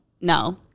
no